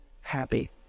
happy